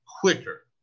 quicker